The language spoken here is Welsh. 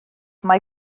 mai